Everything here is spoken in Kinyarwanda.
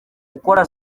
gukora